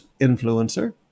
influencer